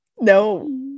No